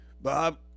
Bob